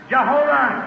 Jehovah